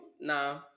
No